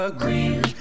green